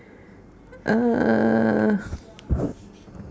err